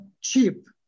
cheap